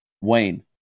Wayne